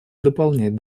дополнять